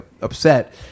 upset